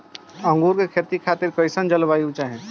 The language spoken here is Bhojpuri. अंगूर के खेती खातिर कइसन जलवायु चाही?